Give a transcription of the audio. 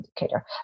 indicator